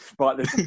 Right